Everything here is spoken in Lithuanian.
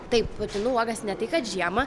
taip putinų uogas ne tai kad žiemą